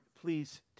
please